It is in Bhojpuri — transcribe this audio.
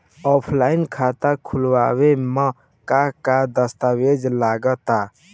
ऑफलाइन खाता खुलावे म का का दस्तावेज लगा ता?